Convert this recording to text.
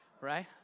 right